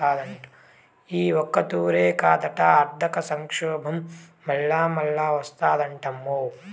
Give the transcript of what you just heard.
ఈ ఒక్కతూరే కాదట, ఆర్థిక సంక్షోబం మల్లామల్లా ఓస్తాదటమ్మో